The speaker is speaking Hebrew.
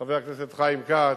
חבר הכנסת חיים כץ,